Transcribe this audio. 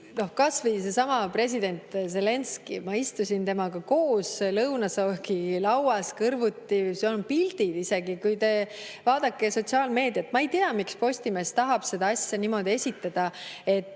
Kas või seesama president Zelenskõi, ma istusin temaga lõunasöögilauas kõrvuti, sellest on pildid isegi, vaadake sotsiaalmeediat. Ma ei tea, miks Postimees tahab seda asja niimoodi esitada,